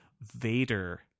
Vader